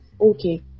Okay